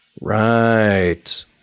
Right